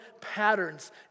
patterns